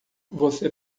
você